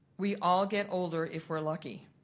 we all get older, if we're lucky.